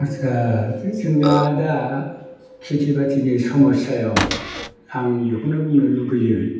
आच्चा जोंना दा खेथि बाथिनि समयसायाव आं बेखौनो बुंनो लुबैयो